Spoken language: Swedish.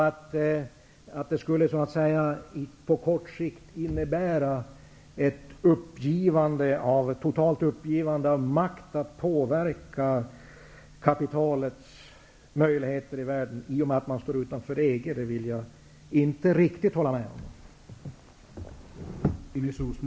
Att det på kort sikt skulle innebära ett totalt uppgivande av makten att påverka kapitalets möjligheter i världen när man står utanför EG, det vill jag därför inte riktigt hålla med om.